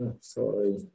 Sorry